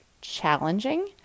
challenging